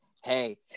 hey